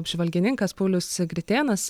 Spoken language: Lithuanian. apžvalgininkas paulius gritėnas